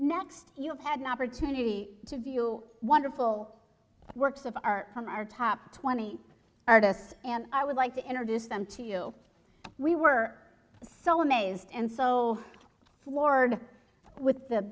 next you've had an opportunity to view wonderful works of art from our top twenty artists and i would like to introduce them to you we were so amazed and so floored with the